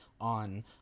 on